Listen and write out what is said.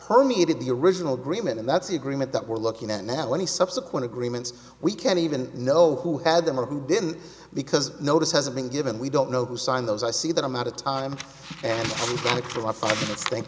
permeated the original agreement and that's the agreement that we're looking at now any subsequent agreements we can't even know who had them or who didn't because notice hasn't been given we don't know who signed those i see that amount of time and